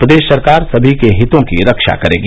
प्रदेश सरकार सभी के हितों की रक्षा करेगी